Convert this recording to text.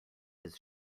his